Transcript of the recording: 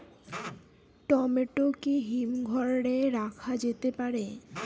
Tomato কি হিমঘর এ রাখা যেতে পারে?